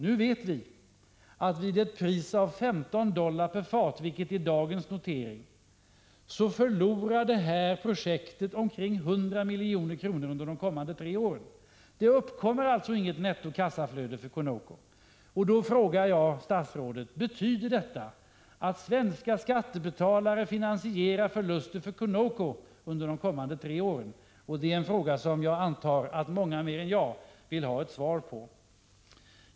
Nu vet vi att vid ett pris av 15 dollar per fat, vilket är dagens notering, förlorar det här projektet omkring 100 milj.kr. under de kommande tre åren. Det uppkommer alltså inget nettokassaflöde för Conoco. Då frågar jag statsrådet: Betyder detta att svenska skattebetalare finansierar förluster för Conoco under de kommande tre åren? Det är en fråga som jag antar att fler än jag vill ha ett svar på.